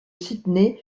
sydney